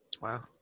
Wow